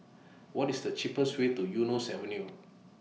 What IS The cheapest Way to Eunos Avenue